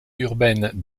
urbaine